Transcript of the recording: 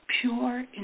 pure